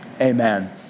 amen